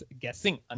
guessing